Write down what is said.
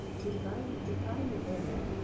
to define define the area,